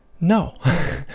No